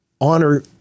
honor